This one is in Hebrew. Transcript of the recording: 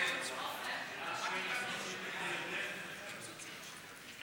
ההסתייגות (3) של קבוצת סיעת מרצ וקבוצת סיעת